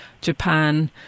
Japan